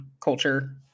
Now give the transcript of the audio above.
culture